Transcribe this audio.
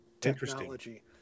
technology